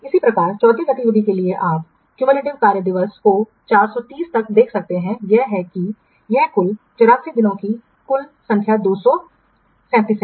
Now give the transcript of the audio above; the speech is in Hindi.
इसी प्रकार चौथी गतिविधि के लिए आप संचयी कार्य दिवसों को 430 तक देख सकते हैं यह है कि यह कुल 84 दिनों की कुल संख्या 237 है